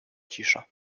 cisza